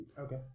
okay